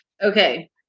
Okay